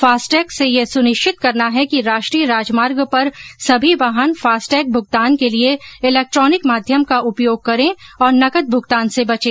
FASTag से यह सुनिश्चित करना है कि राष्ट्रीय राजमार्ग पर सभी वाहन फास्टैग भुगतान के लिए इलैक्ट्रॉनिक माध्यम का उपयोग करें और नकद भुगतान से बचें